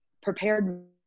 prepared